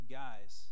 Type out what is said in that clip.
guys